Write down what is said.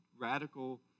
radical